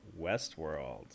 Westworld